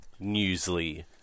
Newsly